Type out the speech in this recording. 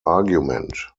argument